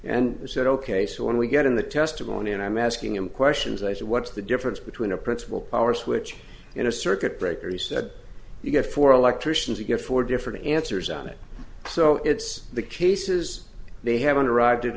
and said ok so when we get in the testimony and i'm asking him questions i said what's the difference between a principal power switch in a circuit breaker he said you get four electricians you get four different answers on it so it's the cases they haven't arrived